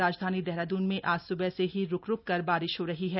राजधानी देहरादून में आज स्बह से ही रुक रुक कर बारिश हो रही है